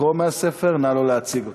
אפשר לקרוא מהספר, נא לא להציג אותו.